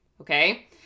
okay